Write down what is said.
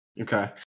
Okay